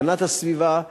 הגנת הסביבה,